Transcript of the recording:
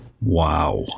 Wow